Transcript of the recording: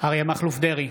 אריה מכלוף דרעי,